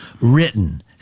written